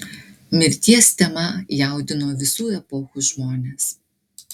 mirties tema jaudino visų epochų žmones